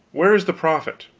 where is the profit?